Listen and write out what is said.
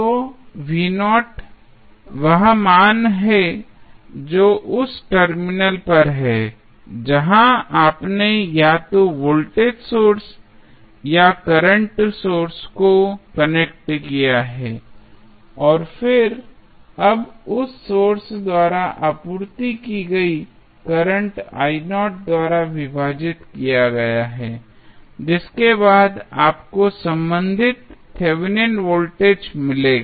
तो वह मान है जो उस टर्मिनल पर है जहां आपने या तो वोल्टेज सोर्स या करंट सोर्स को कनेक्ट किया है और फिर अब उस सोर्स द्वारा आपूर्ति की गई करंट द्वारा विभाजित किया गया है जिसके बाद आपको संबंधित थेवेनिन वोल्टेज मिलेगा